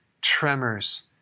tremors